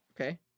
Okay